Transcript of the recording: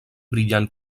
brillant